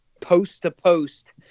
post-to-post